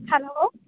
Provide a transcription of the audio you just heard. hello